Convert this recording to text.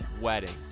weddings